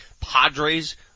Padres